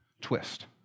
twist